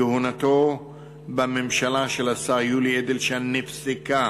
כהונתו בממשלה של השר יולי אדלשטיין נפסקה